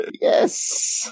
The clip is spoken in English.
Yes